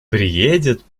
приедет